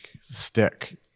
stick